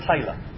Taylor